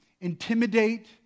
intimidate